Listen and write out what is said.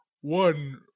one